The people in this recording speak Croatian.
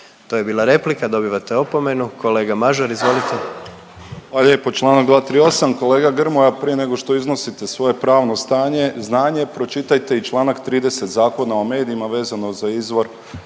To je bila replika. Dobivate opomenu. Kolega Mažar, izvolite. **Mažar, Nikola (HDZ)** Hvala lijepo. Čl. 238, kolega Grmoja, prije nego što iznosite svoje pravno stanje, znanje, pročitate i čl. 30 Zakona o medija vezano za izvor